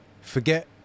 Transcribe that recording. Forget